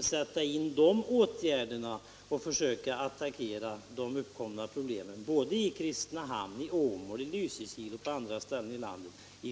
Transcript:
sätta in de åtgärderna och från de utgångspunkterna försöka attackera de uppkomna problemen i Kristinehamn, Åmål, Lysekil och på andra ställen i landet.